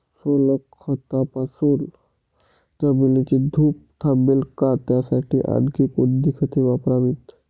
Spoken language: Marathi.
सोनखतापासून जमिनीची धूप थांबेल का? त्यासाठी आणखी कोणती खते वापरावीत?